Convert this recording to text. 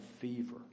fever